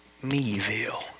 Meville